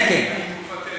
בתקופתנו.